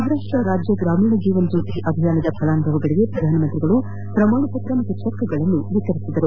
ಮಹಾರಾಷ್ಟ ರಾಜ್ಯ ಗ್ರಾಮೀಣ ಜೀವನ ಜ್ಯೋತಿ ಅಭಿಯಾನದ ಫಲಾನುಭವಿಗಳಿಗೆ ಪ್ರಧಾನಮಂತ್ರಿ ಪ್ರಮಾಣಪತ್ರ ಹಾಗೂ ಚೆಕ್ಗಳನ್ನು ವಿತರಿಸಿದರು